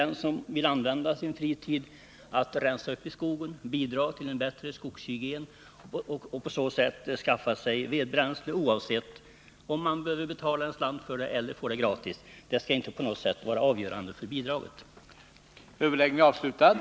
Den som vill använda sin fritid till att rensa upp i skogen, vilket bidrar till en god skogshygien, och på så sätt skaffa sig vedbränsle skall kunna få bidrag, helt oavsett om vederbörande behöver betala för veden eller får den gratis.